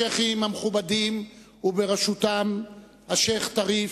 השיח'ים המכובדים, ובראשם השיח' טריף,